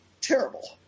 terrible